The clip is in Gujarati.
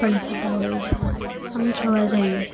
પણ થતા હોય છે આમ જોવા જઇએ